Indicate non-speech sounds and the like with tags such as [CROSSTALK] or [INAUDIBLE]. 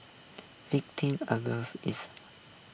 victim [UNINTELLIGIBLE] is